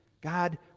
God